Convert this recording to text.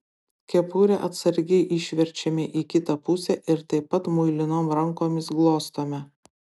kepurę atsargiai išverčiame į kitą pusę ir taip pat muilinom rankom glostome